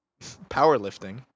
powerlifting